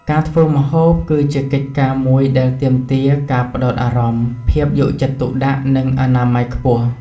ការធ្វើម្ហូបគឺជាកិច្ចការមួយដែលទាមទារការផ្តោតអារម្មណ៍ ភាពយកចិត្តទុកដាក់ និងអនាម័យខ្ពស់។